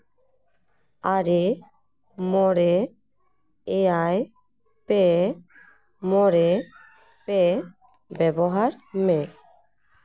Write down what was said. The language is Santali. ᱟᱨᱮ ᱢᱚᱬᱮ ᱮᱭᱟᱭ ᱯᱮ ᱢᱚᱬᱮ ᱯᱮ ᱵᱮᱵᱚᱦᱟᱨ ᱢᱮ